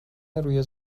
روی